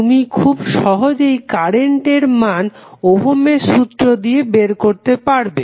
তুমি খুব সহজেই কারেন্ট এর মান ওহমের সূত্র Ohms law দিয়ে বের করতে পারবে